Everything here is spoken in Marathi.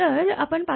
तर आपण 5